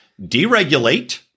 Deregulate